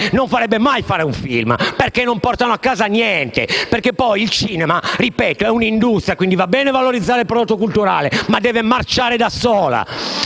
non farebbe mai fare un film perché non portano a casa niente. Perché poi il cinema, lo ripeto, è un'industria quindi va bene valorizzare il prodotto culturale ma deve marciare da sola